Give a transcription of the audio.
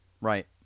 Right